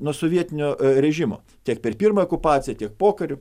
nuo sovietinio režimo tiek per pirmą okupaciją tiek pokariu